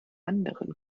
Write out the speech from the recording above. anderen